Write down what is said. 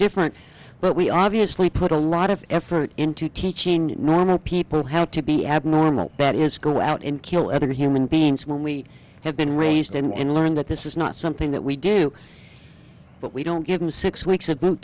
different but we obviously put a lot of effort into teaching normal people how to be abnormal bet is go out and kill other human beings when we have been raised and learn that this is not something that we do but we don't give them six weeks of boot